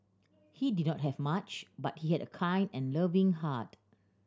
he did not have much but he had a kind and loving heart